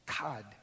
God